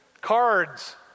Cards